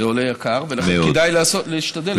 זה עולה, יקר, ולכן כדאי להשתדל לעשות את זה מראש.